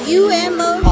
umo